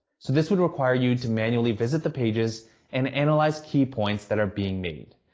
so this would require you to manually visit the pages and analyze key points that are being made.